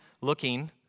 looking